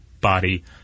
body